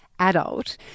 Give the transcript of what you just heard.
adult